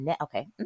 Okay